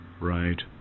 right